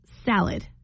salad